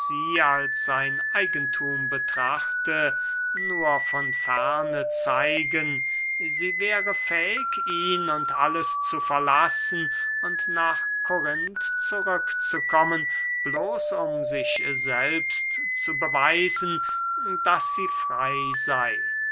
als sein eigenthum betrachte nur von ferne zeigen sie wäre fähig ihn und alles zu verlassen und nach korinth zurück zu kommen bloß um sich selbst zu beweisen daß sie frey sey